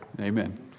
Amen